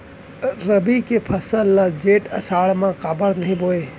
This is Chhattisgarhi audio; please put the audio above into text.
रबि के फसल ल जेठ आषाढ़ म काबर नही बोए?